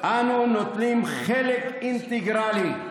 אנו נוטלים חלק אינטגרלי,